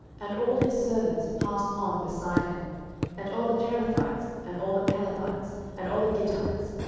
and all his servants passed on beside him and all the cherethites, and all the pelethites, and all the gittites,